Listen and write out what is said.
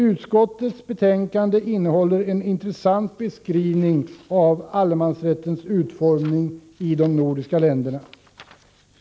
Utskottets betänkande innehåller en intressant beskrivning av allemansrättens utformning i de nordiska länderna.